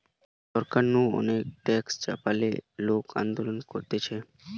সরকার নু অনেক ট্যাক্স চাপালে লোকরা আন্দোলন করতিছে